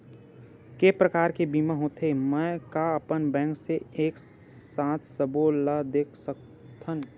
के प्रकार के बीमा होथे मै का अपन बैंक से एक साथ सबो ला देख सकथन?